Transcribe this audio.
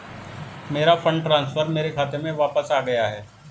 मेरा fund transfer मेरे खाते में वापस आ गया है